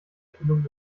erfindung